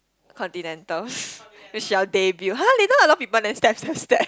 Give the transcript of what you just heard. continentals then she'll debut !huh! they know a lot of people then step step step